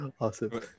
awesome